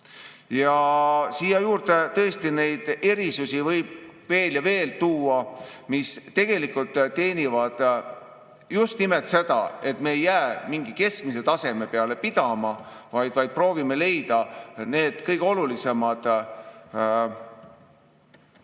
Siia juurde tõesti võib tuua veel ja veel neid erisusi, mis tegelikult teenivad just nimelt seda, et me ei jää mingi keskmise taseme peale pidama, vaid proovime leida need kõige olulisemad mõjurid,